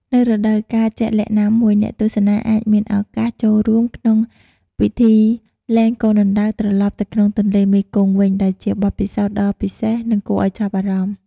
នៅរដូវកាលជាក់លាក់ណាមួយ អ្នកទស្សនាអាចមានឱកាសចូលរួមក្នុងពិធីលែងកូនអណ្ដើកត្រឡប់ទៅក្នុងទន្លេមេគង្គវិញ ដែលជាបទពិសោធន៍ដ៏ពិសេស និងគួរឱ្យចាប់អារម្មណ៍ ។